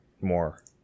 more